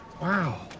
wow